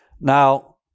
Now